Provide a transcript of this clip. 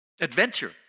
Adventure